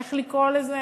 איך לקרוא לזה,